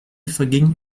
vergingen